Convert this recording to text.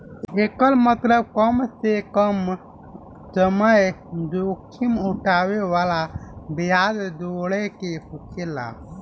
एकर मतबल कम से कम समय जोखिम उठाए वाला ब्याज जोड़े के होकेला